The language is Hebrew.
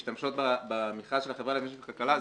משתמשות במכרז של החברה למשק וכלכלה,